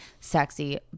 sexy